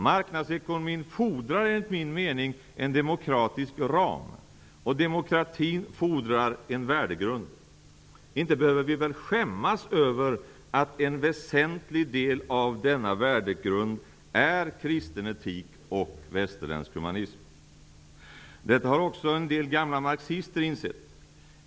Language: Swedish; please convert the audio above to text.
Marknadsekonomin fordrar, enligt min mening, en demokratisk ram, och demokratin fordrar en värdegrund. Inte behöver vi väl skämmas över att en väsentlig del av denna värdegrund är kristen etik och västerländsk humanism. Detta har också en del gamla marxister insett.